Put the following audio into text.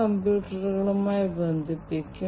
നമുക്ക് ഈ ഉദാഹരണം നോക്കാം